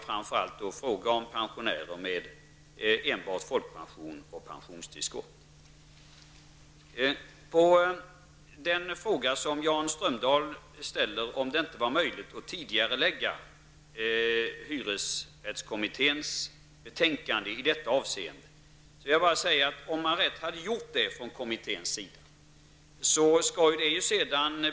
Framför allt gäller det pensionärer med enbart folkpension och pensionstillskott. Jan Strömdahl frågade om det inte skulle vara möjligt att tidigarelägga hyresrättskommitténs betänkande i denna del. Om kommittén hade gjort så, skulle ju det hela ha behandlats i en remissomgång.